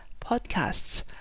podcasts